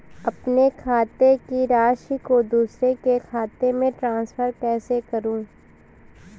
अपने खाते की राशि को दूसरे के खाते में ट्रांसफर कैसे करूँ?